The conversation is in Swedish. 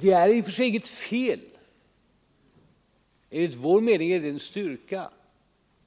Det är i och för sig inget fel — enligt vår mening är det en styrka